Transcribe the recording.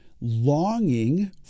longing